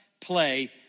play